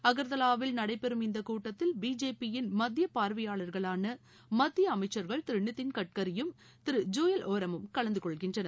அகர்தலாவில் நடைபெறும் இந்த கூட்டத்தில் பிஜேபியின் மத்திய பார்வையாளர்களான மத்திய அமைச்சர்கள் திரு நிதின் கட்கரியும் திரு ஜுயல் ஒரமும் கலந்துகொள்கின்றனர்